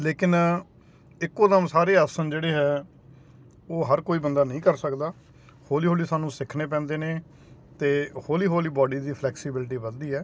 ਲੇਕਿਨ ਇੱਕੋ ਦਮ ਸਾਰੇ ਆਸਨ ਜਿਹੜੇ ਹੈ ਉਹ ਹਰ ਕੋਈ ਬੰਦਾ ਨਹੀਂ ਕਰ ਸਕਦਾ ਹੌਲੀ ਹੌਲੀ ਸਾਨੂੰ ਸਿੱਖਣੇ ਪੈਂਦੇ ਨੇ ਤੇ ਹੌਲੀ ਹੌਲੀ ਬਾਡੀ ਦੀ ਫਲੈਕਸੀਬਿਲਟੀ ਵਧਦੀ ਹੈ